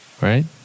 right